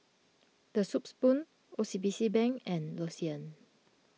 the Soup Spoon O C B C Bank and L'Occitane